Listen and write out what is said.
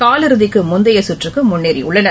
காலிறுதிக்குமுந்தையசுற்றுக்குமுன்னேறியுள்ளனர்